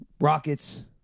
Rockets